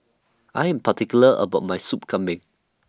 I Am particular about My Sup Kambing